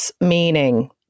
meaning